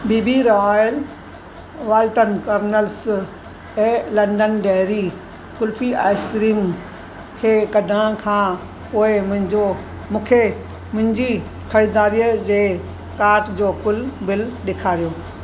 B B royal Walton colonels ऐं London dairy kulfi ice cream खे कढण खां पोइ मुंहिंजो मूंखे मुंहिंजी ख़रीदारी जे कार्ट जो कुलु बिल ॾेखारियो